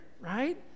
right